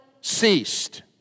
ceased